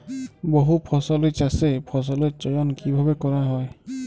বহুফসলী চাষে ফসলের চয়ন কীভাবে করা হয়?